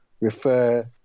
refer